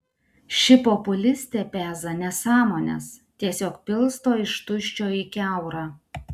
ši populistė peza nesąmones tiesiog pilsto iš tuščio į kiaurą